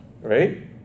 Right